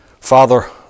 Father